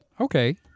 Okay